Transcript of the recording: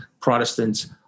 Protestants